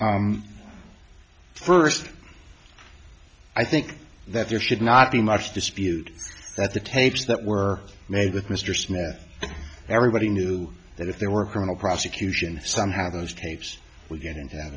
first i think that there should not be much dispute that the tapes that were made with mr smith everybody knew that if there were criminal prosecution somehow those tapes w